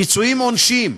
פיצויים עונשיים,